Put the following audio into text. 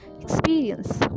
experience